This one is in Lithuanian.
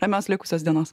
ramios likusios dienos